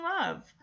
love